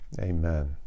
Amen